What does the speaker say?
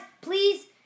please